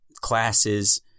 classes